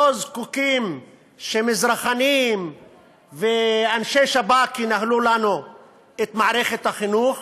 לא זקוקים שמזרחנים ואנשי שב"כ ינהלו לנו את מערכת החינוך,